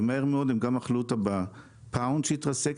ומהר מאוד הם גם אכלו אותה בפאונד שהתרסק,